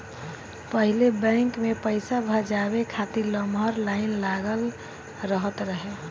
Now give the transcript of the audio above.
पहिले बैंक में पईसा भजावे खातिर लमहर लाइन लागल रहत रहे